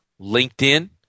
LinkedIn